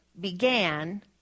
began